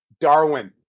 Darwin